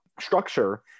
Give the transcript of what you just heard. structure